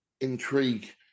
intrigue